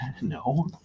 No